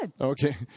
Okay